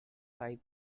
type